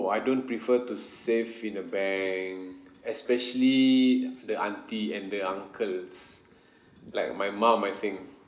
I don't prefer to save in the bank especially the auntie and the uncles like my mum I think